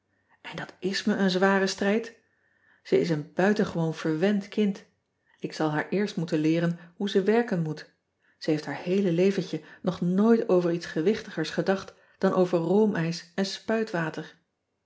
n dat is me een zware strijd ij is een buitengewoon verwend kind k zal haar eerst moeten leeren hoe ze werken moet e heeft haar heele leventje nog nooit over iets gewichtigers gedacht dan over roomijs en